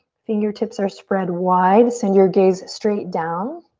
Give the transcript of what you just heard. fingertips are spread wide, send your gaze straight down.